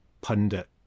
pundit